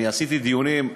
אני עשיתי דיונים,